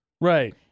Right